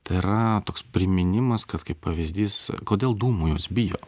tai yra toks priminimas kad kaip pavyzdys kodėl dūmų jos bijo